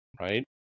right